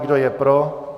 Kdo je pro?